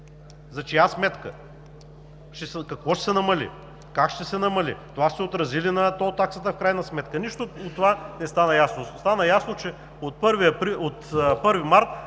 за чия сметка, какво ще се намали, как ще се намали, това ще се отрази ли на тол таксата в крайна сметка. Нищо от това не стана ясно. Стана ясно, че от 1 март